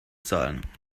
zahlen